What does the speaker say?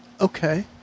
Okay